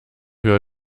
wir